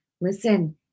Listen